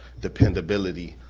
dependability.